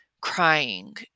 crying